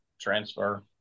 transfer